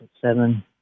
Seven